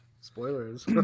Spoilers